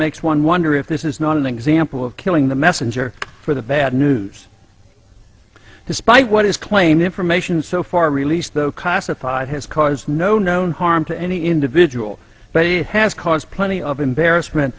makes one wonder if this is not an example of killing the messenger for the bad mood despite what is claimed information so far released the classified has cause no known harm to any individual but it has caused plenty of embarrassment